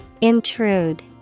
Intrude